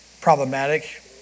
problematic